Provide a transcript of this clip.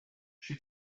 she